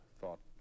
thought